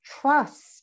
trust